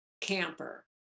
camper